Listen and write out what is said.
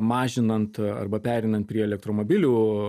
mažinant arba pereinant prie elektromobilių